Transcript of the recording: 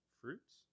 fruits